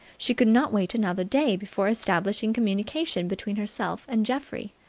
she could not wait another day before establishing communication between herself and geoffrey.